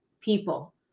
people